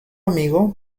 amigo